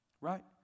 Right